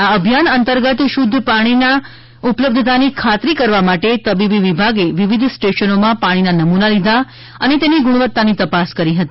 આ અભિયાન અંતર્ગત શુદ્ધ પીવાના પાણીની ઉપલબ્ધતાની ખાતરી કરવા માટે તબીબી વિભાગે વિવિધ સ્ટેશનોના પાણીના નમૂના લીધા હતા અને તેની ગુણવત્તાની તપાસ કરી હતી